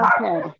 Okay